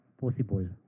possible